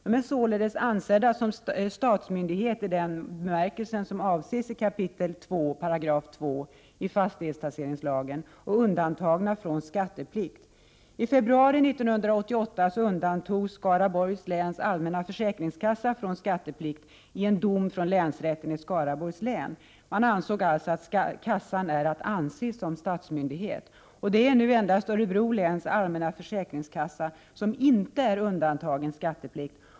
De är således ansedda som statsmyndighet i den bemärkelse som avses i 2 kap. 2 § i fastighetstaxeringslagen och undantagna från skatteplikt. I februari 1988 undantogs Skaraborgs läns allmänna försäkringskassa från skatteplikten i en dom från länsrätten i Skaraborgs län. Man fann således att kassan är att anse som statsmyndighet. Det är endast Örebro läns allmänna försäkringskassa som inte är undantagen skatteplikt.